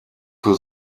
für